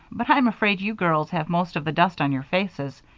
but i'm afraid you girls have most of the dust on your faces.